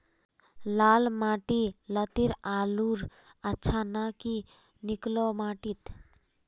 लाल माटी लात्तिर आलूर अच्छा ना की निकलो माटी त?